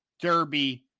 Derby